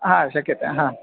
हा शक्यते हा